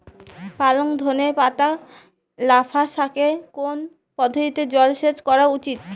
পালং ধনে পাতা লাফা শাকে কোন পদ্ধতিতে জল সেচ করা উচিৎ?